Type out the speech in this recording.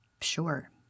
Sure